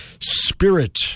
Spirit